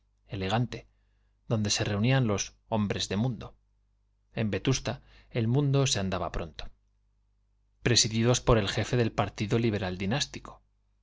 elegante donde se reunían los hombres de mundo en vetusta el mundo se andaba pronto presididos por el jefe del partido liberal dinástico